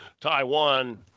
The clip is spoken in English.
Taiwan